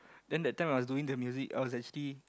then that time I was doing the music I was actually